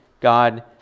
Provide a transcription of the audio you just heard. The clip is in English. God